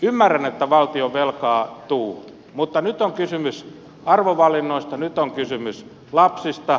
ymmärrän että valtio velkaantuu mutta nyt on kysymys arvovalinnoista nyt on kysymys lapsista